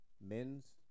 Men's